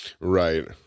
Right